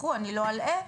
אני לא אלאה,